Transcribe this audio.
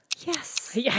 Yes